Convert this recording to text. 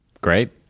great